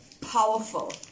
powerful